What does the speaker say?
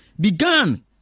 began